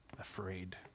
afraid